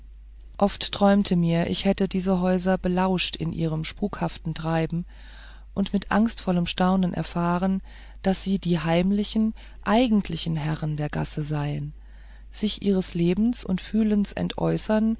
oft träumte mir ich hätte diese häuser belauscht in ihrem spukhaften treiben und mit angstvollem staunen erfahren daß sie die heimlichen eigentlichen herren der gasse seien sich ihres lebens und fühlens